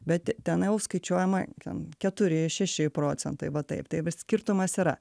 bet ten jau skaičiuojama ten keturi šeši procentai va taip tai skirtumas yra